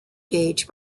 gauge